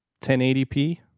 1080p